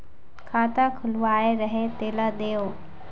खाता खुलवाय रहे तेला देव?